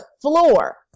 floor